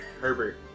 Herbert